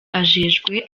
ajejwe